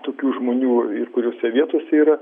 tokių žmonių ir kuriose vietose yra